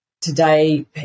Today